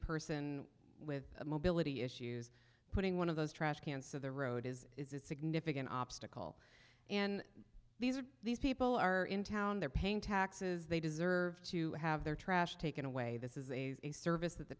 person with mobility issues putting one of those trash cans to the road is a significant obstacle and these are these people are in town they're paying taxes they deserve to have their trash taken away this is a service that the